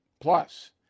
Plus